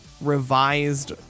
revised